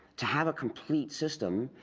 to have a complete system,